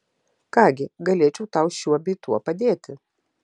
ką gi galėčiau tau šiuo bei tuo padėti